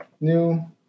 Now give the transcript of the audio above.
new